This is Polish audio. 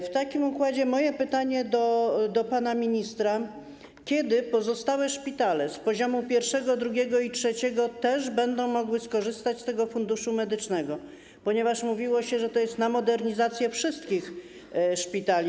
W takim układzie mam pytanie do pana ministra: Kiedy pozostałe szpitale z poziomu pierwszego, drugiego i trzeciego też będą mogły skorzystać z tego Funduszu Medycznego, ponieważ mówiło się, że to jest na modernizację wszystkich szpitali?